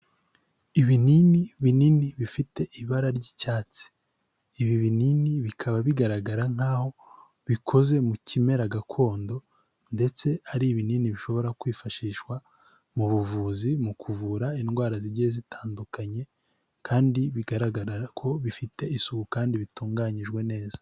Ibinini binini bifite ibara ry'icyatsi, ibi binini bikaba bigaragara nk'aho bikoze mu kimera gakondo ndetse ari ibinini bishobora kwifashishwa mu buvuzi mu kuvura indwara zigiye zitandukanye kandi bigaragara ko bifite isuku kandi bitunganyijwe neza.